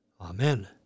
Amen